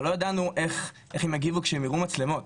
אבל לא ידענו איך הם יגיבו כאשר הם ייראו מצלמות.